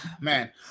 man